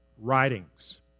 writings